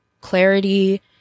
clarity